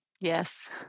Yes